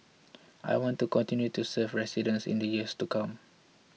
I want to continue to serve residents in the years to come